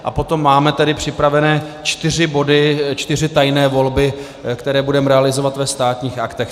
A potom máme připravené čtyři body, čtyři tajné volby, které budeme realizovat ve Státních aktech.